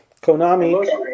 Konami